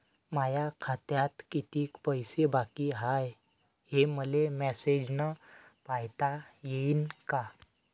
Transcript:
माया खात्यात कितीक पैसे बाकी हाय, हे मले मॅसेजन पायता येईन का?